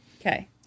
Okay